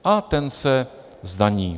A ten se zdaní.